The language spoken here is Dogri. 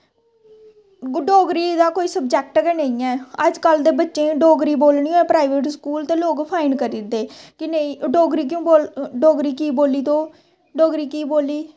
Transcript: डोगरी दा कोई सबजैक्ट गै नेईं ऐ अजकल्ल दे बच्चें गी डोगरी बोलनी होऐ प्राईवेट स्कूल ते लोग फाइन करी ओड़दे कि नेईं डोगरी कीऽ बोली तूं डोगरी कीऽ बोली